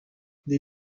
they